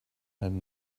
had